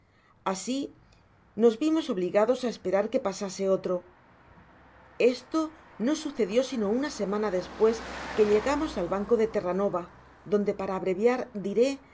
asi nos vimos obligados á esperar que pasase otro esto no sucedio sino una semana despues que llegamos al banco de terranova donde para abreviar diré que dejamos á